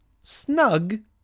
Snug